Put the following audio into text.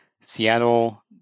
Seattle